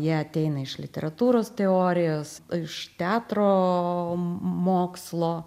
jie ateina iš literatūros teorijos iš teatro mokslo